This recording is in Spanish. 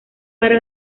para